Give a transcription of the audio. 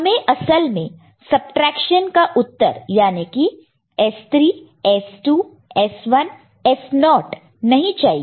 हमें असल में सबट्रैक्शन का उत्तर याने की S3 S2 S 1 S0 naught naught नहीं चाहिए